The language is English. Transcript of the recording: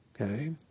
Okay